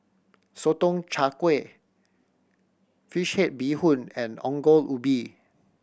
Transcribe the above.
Sotong Char Kway fish head bee hoon and Ongol Ubi